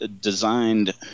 designed